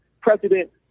President